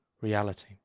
reality